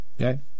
Okay